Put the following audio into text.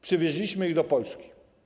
Przywieźliśmy ich do Polski.